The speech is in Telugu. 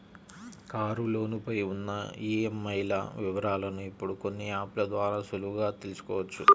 కారులోను పై ఉన్న ఈఎంఐల వివరాలను ఇప్పుడు కొన్ని యాప్ ల ద్వారా సులువుగా తెల్సుకోవచ్చు